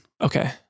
Okay